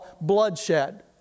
bloodshed